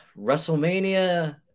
Wrestlemania